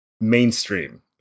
mainstream